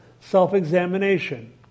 self-examination